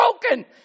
broken